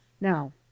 Now